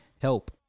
help